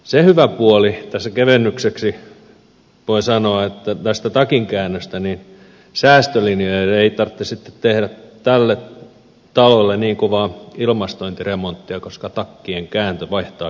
se hyvä puoli tässä kevennykseksi voin sanoa näistä takinkäännöistä säästölinjoille että ei tarvitse sitten tehdä tälle talolle niin kovaa ilmastointiremonttia koska takkien kääntö vaihtaa kyllä ilmaa